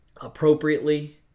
appropriately